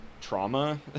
trauma